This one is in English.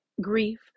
grief